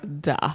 Duh